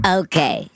okay